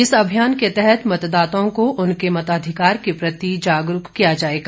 इस अभियान के तहत मतदाताओं को उनके मताधिकार के प्रति जागरूक किया जाएगा